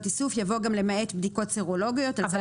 איסוף יבוא גם "למעט בדיקות סרולוגיות" את זה אנחנו לא נקבל.